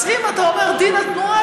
אז אם אתה אומר "דין התנועה",